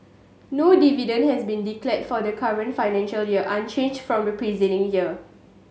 no dividend has been declared for the current financial unchanged from the preceding year